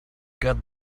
got